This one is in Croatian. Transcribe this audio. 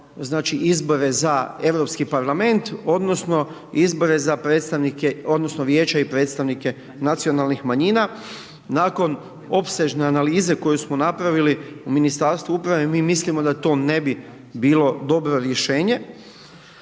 izbore za Europski parlament odnosno izbore za predstavnike odnosno vijeća i predstavnike nacionalnih manjina. Nakon opsežne analize koju smo napravili u Ministarstvu uprave mi mislimo da to ne bi bilo dobro rješenje,